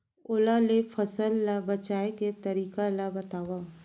ओला ले फसल ला बचाए के तरीका ला बतावव?